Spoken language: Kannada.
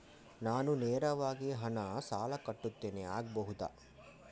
ನಾನು ನೇರವಾಗಿ ಹಣ ಸಾಲ ಕಟ್ಟುತ್ತೇನೆ ಆಗಬಹುದ?